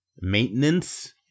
Maintenance